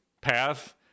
path